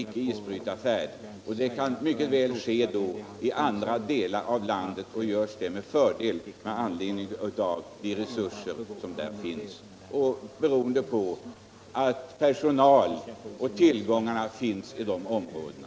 Det underhållet kan med fördel ske i andra delar av landet beroende på att personal och andra tillgångar finns i de områdena.